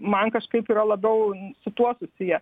man kažkaip yra labiau su tuo susiję